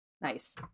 Nice